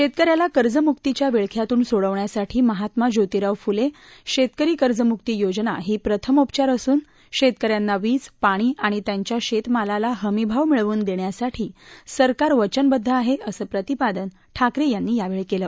शेतकऱ्याला कर्जमुक्तीच्या विळख्यातून सोडवण्यासाठी महात्मा ज्योतिराव फुले शेतकरी कर्जमुक्ती योजना ही प्रथमोपचार असून शेतकऱ्यांना वीज पाणी आणि त्यांच्या शेतमालाला हमीभाव मिळवून देण्यासाठी सरकार वचनबद्ध आहे असं प्रतिपादन ठाकरे यांनी यावेळी दिलं